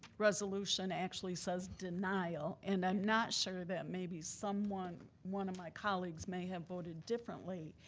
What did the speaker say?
resolution actually says denial. and i'm not sure that maybe someone, one of my colleagues may have voted differently,